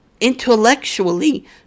intellectually